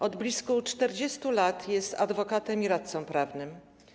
Od blisko 40 lat jest adwokatem i radcą prawnym.